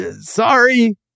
sorry